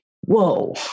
whoa